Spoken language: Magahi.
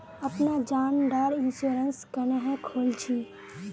अपना जान डार इंश्योरेंस क्नेहे खोल छी?